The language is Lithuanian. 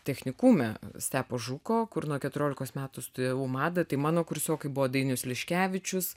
technikume stepo žuko kur nuo keturiolikos metų studijavau madą tai mano kursiokai buvo dainius liškevičius